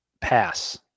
pass